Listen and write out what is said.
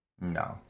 No